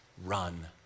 run